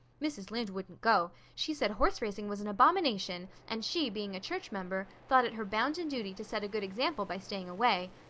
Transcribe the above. mrs. lynde wouldn't go she said horse racing was an abomination and, she being a church member, thought it her bounden duty to set a good example by staying away.